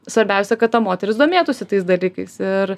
svarbiausia kad ta moteris domėtųsi tais dalykais ir